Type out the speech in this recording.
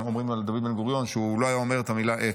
אומרים על דוד בן-גוריון שהוא לא היה אומר את המילה "את"